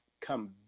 come